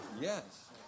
yes